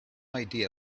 idea